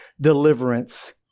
deliverance